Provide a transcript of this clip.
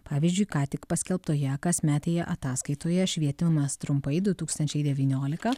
pavyzdžiui ką tik paskelbtoje kasmetėje ataskaitoje švietimas trumpai du tūkstančiai devyniolika